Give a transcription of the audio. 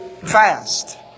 fast